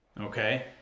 okay